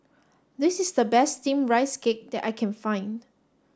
this is the best Steamed Rice Cake that I can find